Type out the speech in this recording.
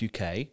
UK